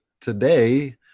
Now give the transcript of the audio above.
today